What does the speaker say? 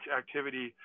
activity